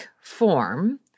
form